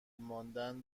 ماندن